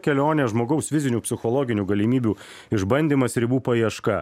kelionę žmogaus fizinių psichologinių galimybių išbandymas ribų paieška